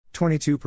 22%